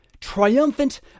triumphant